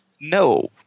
No